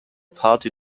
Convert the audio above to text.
party